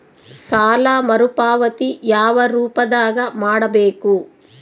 ಸಾಲ ಮರುಪಾವತಿ ಯಾವ ರೂಪದಾಗ ಮಾಡಬೇಕು?